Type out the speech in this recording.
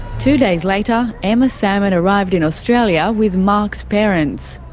two days later, emma salmon arrived in australia with mark's parents.